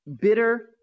bitter